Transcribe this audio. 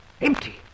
Empty